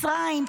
מצרים,